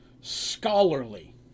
scholarly